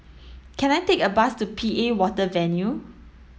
can I take a bus to P A Water Venture